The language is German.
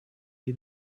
die